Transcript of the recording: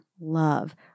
love